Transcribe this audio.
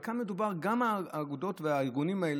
אבל כאן מדובר על אגודות וארגונים,